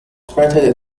printed